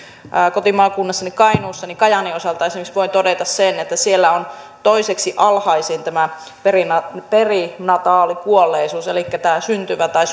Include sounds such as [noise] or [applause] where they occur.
kotimaakunnassani kainuussa esimerkiksi kajaanin osalta voin todeta sen että siellä on toiseksi alhaisin tämä perinataalikuolleisuus elikkä syntyviä tai [unintelligible]